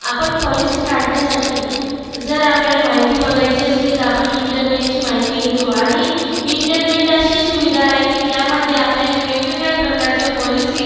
आपण पॉलिसी काढण्यासाठी जर आपल्याला माहिती बघायची असली तर आपण इंटरनेटची माहिती घेतो आणि इंटरनेट अशी सुविधा आहे की त्यामध्ये आपल्याला वेगवेगळ्या प्रकारच्या पॉलिसी